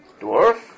Dwarf